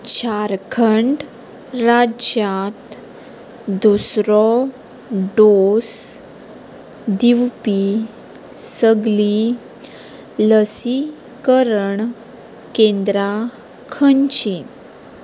झारखंड राज्यांत दुसरो डोस दिवपी सगळीं लसीकरण केंद्रां खंयचीं